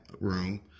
room